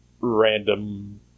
random